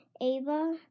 Ava